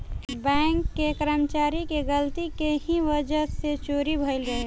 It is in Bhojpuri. बैंक के कर्मचारी के गलती के ही वजह से चोरी भईल रहे